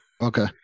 Okay